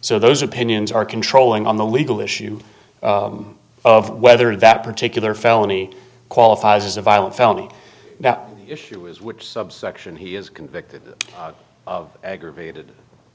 so those opinions are controlling on the legal issue of whether that particular felony qualifies as a violent felony that issue is which subsection he is convicted of aggravated